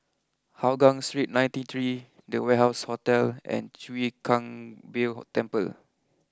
Hougang Street ninety three the Warehouse Hotel and Chwee Kang Beo Temple